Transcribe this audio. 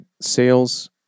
Sales